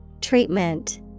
Treatment